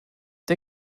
der